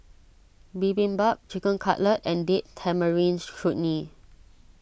Bibimbap Chicken Cutlet and Date Tamarind Chutney